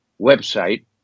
website